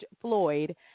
Floyd